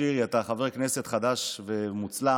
שירי, אתה חבר כנסת חדש ומוצלח.